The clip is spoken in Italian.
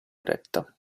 eretta